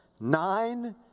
nine